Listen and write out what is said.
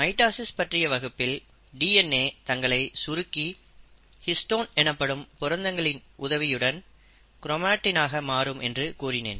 mitosis பற்றிய வகுப்பில் DNA தங்களை சுருக்கி ஹிஸ்டோன் எனப்படும் புரதங்களின் உதவியுடன் க்ரோமாட்டின் ஆக மாறும் என்று கூறினேன்